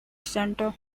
center